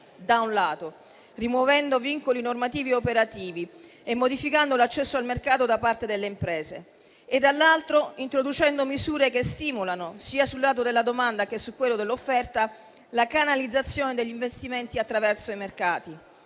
da un lato, rimuovendo vincoli normativi e operativi e modificando l'accesso al mercato da parte delle imprese e, dall'altro, introducendo misure che stimolano, sia sul lato della domanda sia su quello dell'offerta, la canalizzazione degli investimenti attraverso i mercati.